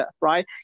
right